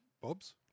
bobs